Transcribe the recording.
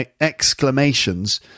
exclamations